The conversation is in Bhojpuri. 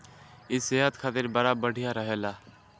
इ सेहत खातिर बड़ा बढ़िया रहेला